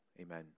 Amen